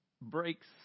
breaks